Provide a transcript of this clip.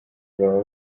baba